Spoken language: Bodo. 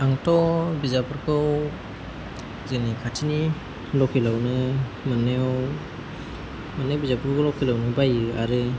आंथ' बिजाबफोरखौ जोंनि खाथिनि लकेलावनो मोननायाव मोननाय बिजाबखौबो लकेलावनो बायो आरो